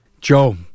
joe